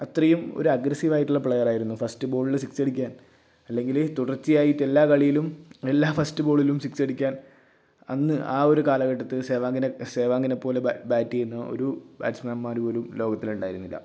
അത്രയും ഒരു അഗ്രസ്സീവായിട്ടുള്ള പ്ലെയറായിരുന്നു ഫസ്റ്റ് ബോളിൽ സിക്സ് അടിക്കാൻ അല്ലെങ്കിൽ തുടർച്ചയായിട്ട് എല്ലാ കളിയിലും എല്ലാ ഫസ്റ്റ് ബോളിലും സിക്സ് അടിക്കാൻ അന്ന് ആ ഒരു കാലഘട്ടത്തിൽ സേവാഗിനെ സേവാഗിനെ പോലെ ബേ ബാറ്റ് ചെയ്യുന്ന ഒരു ബാറ്റ്സ്മാൻമാർ പോലും ലോകത്തിൽ ഉണ്ടായിരുന്നില്ല